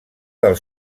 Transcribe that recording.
del